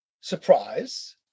surprise